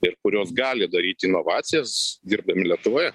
ir kurios gali daryt inovacijas dirbdami lietuvoje